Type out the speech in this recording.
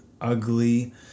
ugly